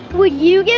would you